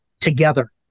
together